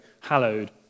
hallowed